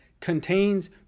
contains